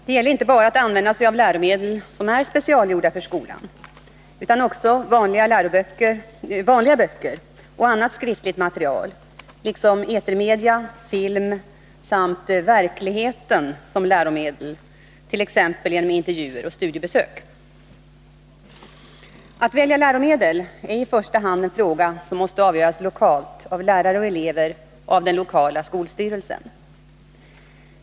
Det gäller att inte bara använda sig av läromedel som är specialgjorda för skolan utan också av vanliga böcker och annat skriftligt material liksom etermedia och film samt verkligheten som läromedel, t.ex. i form av intervjuer och studiebesök. Att välja läromedel är i första hand en fråga som måste avgöras lokalt av lärare och elever och av den lokala skolstyrelsen.